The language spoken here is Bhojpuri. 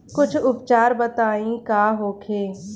कुछ उपचार बताई का होखे?